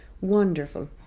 wonderful